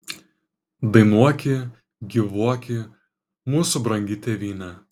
dainuoki gyvuoki mūsų brangi tėvyne